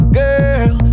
girl